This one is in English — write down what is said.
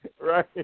Right